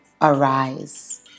arise